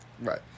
Right